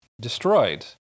destroyed